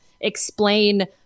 explain